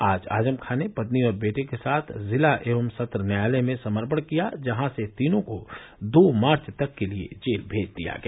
आज आजम खान ने पत्नी और बेटे के साथ जिला एवं सत्र न्यायालय में समर्पण किया जहां से तीनों को दो मार्च तक के लिये जेल भेज दिया गया